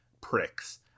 pricks